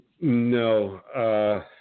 No